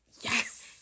Yes